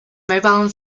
mobile